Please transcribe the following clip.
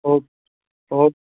okay okay